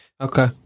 Okay